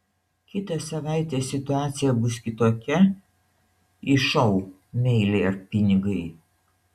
kitą savaitę situacija bus kitokia į šou meilė ar pinigai